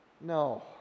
no